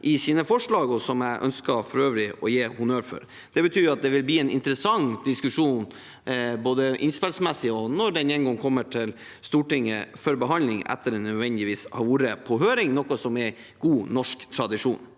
i sine forslag, og som jeg for øvrig ønsker å gi honnør for. Det betyr at det vil bli en interessant diskusjon, både innspillsmessig og når meldingen kommer til Stortinget for behandling etter at den nødvendigvis har vært på høring, noe som er god norsk tradisjon.